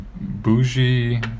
bougie